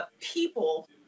people